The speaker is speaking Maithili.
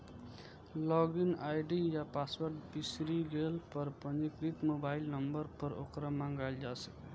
लॉग इन आई.डी या पासवर्ड बिसरि गेला पर पंजीकृत मोबाइल नंबर पर ओकरा मंगाएल जा सकैए